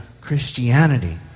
Christianity